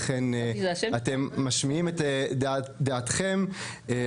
אתם משמיעים את דעתכם,